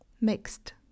mixed